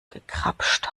gegrapscht